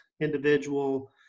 individual